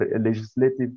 legislative